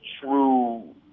true